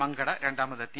Mankada രണ്ടാമതെത്തി